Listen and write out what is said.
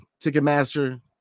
Ticketmaster